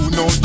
no